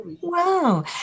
Wow